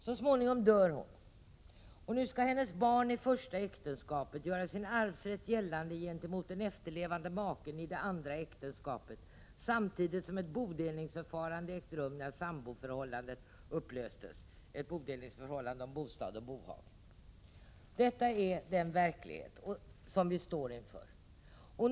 Så småningom dör hon, och nu skall hennes barn i första äktenskapet göra sin arvsrätt gällande gentemot efterlevande maken i andra äktenskapet, samtidigt som bodelning ägt rum när samboförhållandet upplöstes, ett bodelningsförhållande om bostad och bohag. Detta är den verklighet som vi står inför.